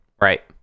right